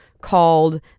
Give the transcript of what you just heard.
called